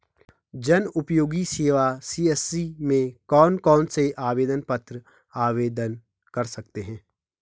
जनउपयोगी सेवा सी.एस.सी में कौन कौनसे आवेदन पत्र आवेदन कर सकते हैं?